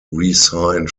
resigned